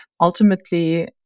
ultimately